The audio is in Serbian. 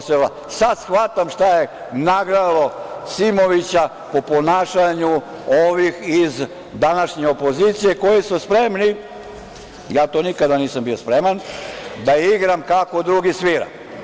Sad shvatam šta je nagnalo Simovića, po ponašanju ovih iz današnje opozicije koji su spremni, ja to nikada nisam bio spreman, da igram kako drugi svira.